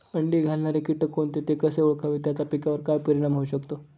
अंडी घालणारे किटक कोणते, ते कसे ओळखावे त्याचा पिकावर काय परिणाम होऊ शकतो?